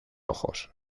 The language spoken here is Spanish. ojos